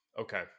Okay